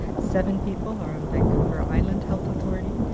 seven people are in vancouver island health authority,